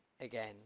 again